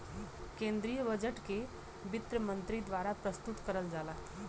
केन्द्रीय बजट के वित्त मन्त्री द्वारा प्रस्तुत करल जाला